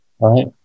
Right